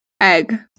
egg